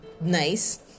nice